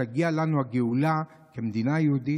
תגיע לנו הגאולה כמדינה יהודית.